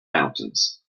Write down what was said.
mountains